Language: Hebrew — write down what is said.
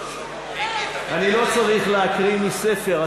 אני לא צריך להקריא מספר.